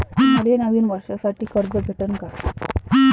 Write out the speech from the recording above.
मले नवीन वर्षासाठी कर्ज भेटन का?